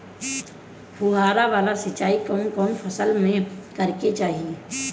फुहारा वाला सिंचाई कवन कवन फसल में करके चाही?